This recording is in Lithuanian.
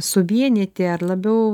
suvienyti ar labiau